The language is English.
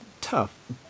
tough